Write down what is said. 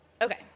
Okay